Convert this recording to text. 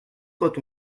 quand